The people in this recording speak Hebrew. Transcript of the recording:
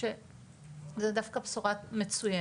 שזה דווקא בשורה מצויינת.